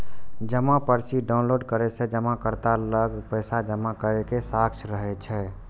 जमा पर्ची डॉउनलोड करै सं जमाकर्ता लग पैसा जमा करै के साक्ष्य रहै छै